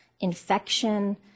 infection